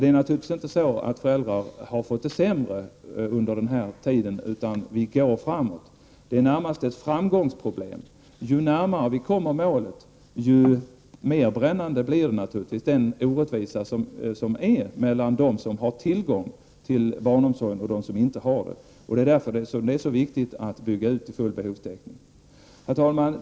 Det är naturligtvis inte så att föräldrar har fått det sämre under den här tiden, utan vi går framåt. Det är närmast fråga om ett framgångsproblem. Ju närmare vi kommer målet, desto mer brännande blir naturligtvis den orättvisa som finns mellan dem som har tillgång till barnomsorg och dem som inte har det. Det är därför som det är viktigt att bygga ut till full behovstäckning. Herr talman!